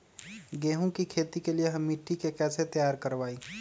गेंहू की खेती के लिए हम मिट्टी के कैसे तैयार करवाई?